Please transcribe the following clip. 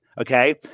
okay